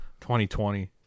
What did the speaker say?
2020